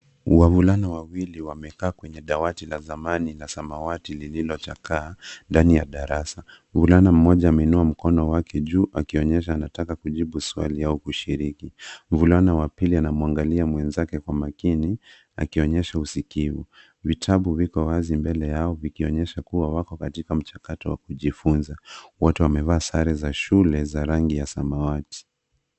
Wavulana wawili wamekaa kwenye dawati la zamani na samawati lililochakaa, ndani ya darasa. Mvulana mmoja ameinua mkono wake juu, akionyesha anataka kujibu swali au kushiriki. Mvulana wa pili anamwangalia mwenzake kwa makini, akionyesha usikivu. Vitabu viko wazi mbele yao, vikionyesha kua wako katika mchakato wa kujifunza. Wote wamevaa sare za shule za rangi ya samawati.